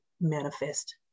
manifest